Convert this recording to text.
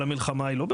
המלחמה לא הסתיימה.